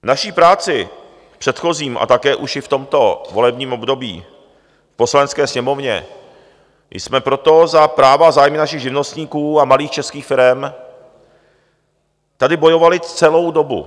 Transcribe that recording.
V naší práci v předchozím a také už i v tomto volebním období v Poslanecké sněmovně jsme proto za práva a zájmy našich živnostníků a malých českých firem tady bojovali celou dobu.